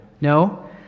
No